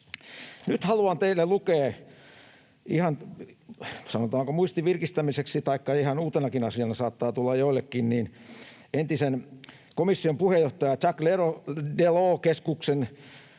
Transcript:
Nyt haluan teille lukea ihan, sanotaanko, muistin virkistämiseksi — taikka ihan uutenakin asiana saattaa tulla joillekin — entisen komission puheenjohtajan Jacques Delorsin keskuksen